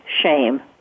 shame